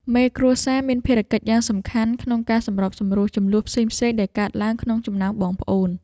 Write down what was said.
មេគ្រួសារមានភារកិច្ចយ៉ាងសំខាន់ក្នុងការសម្របសម្រួលជម្លោះផ្សេងៗដែលកើតឡើងក្នុងចំណោមបងប្អូន។